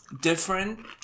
Different